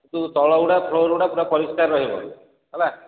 ତୁ ତଳଗୁଡ଼ା ଫ୍ଲୋର୍ଗୁଡ଼ା ପୁରା ପରିଷ୍କାର ରହିବ ହେଲା